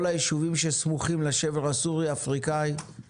כל היישובים שסמוכים לשבר הסורי-אפריקאי נמצאים